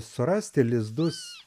surasti lizdus